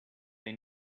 they